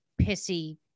pissy